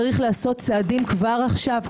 צריך לעשות צעדים כבר עכשיו,